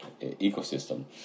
ecosystem